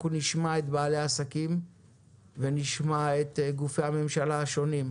אנחנו נשמע את בעלי העסקים ונשמע את גופי הממשלה השונים.